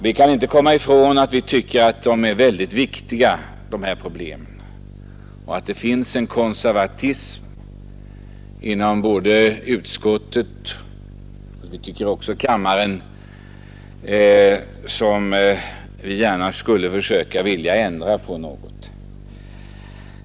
Vi kan inte komma ifrån att dessa problem är mycket viktiga, och vi tycker också, att det här inom såväl utskottet som kammaren finns en konservatism, som vi skulle vilja ändra på.